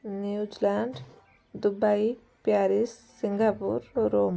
New Zealand Dubai Paris Singapore Rome